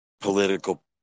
political